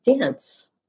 dance